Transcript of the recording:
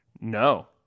No